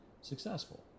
successful